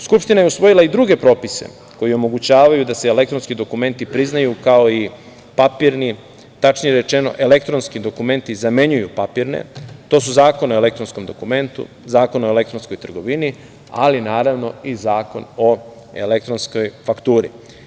Skupština je usvojila i druge propise koji omogućavaju da se elektronski dokumenti priznaju, kao i papirni, tačnije rečeno, elektronski dokumenti zamenjuju papirne, to su Zakon o elektronskom dokumentu, Zakon o elektronskoj trgovini, ali naravno i Zakon o elektronskoj fakturi.